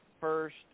first